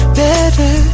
better